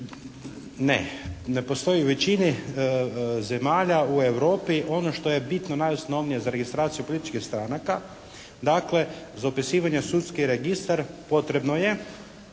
Ne, ne postoji u većini zemalja u Europi ono što je bitno, najosnovnije za registraciju političkih stranaka dakle, za upisivanje u Sudski registar potrebno je